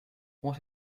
what